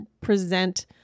present